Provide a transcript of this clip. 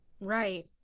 right